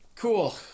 Cool